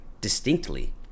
distinctly